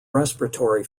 respiratory